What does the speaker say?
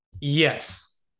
Yes